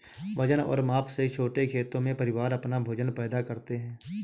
वजन और माप से छोटे खेतों में, परिवार अपना भोजन पैदा करते है